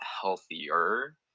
healthier